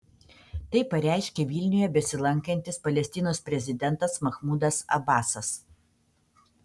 tai pareiškė vilniuje besilankantis palestinos prezidentas mahmudas abasas